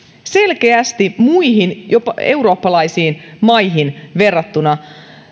selkeästi muihin eurooppalaisiin maihin verrattuna